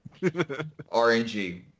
RNG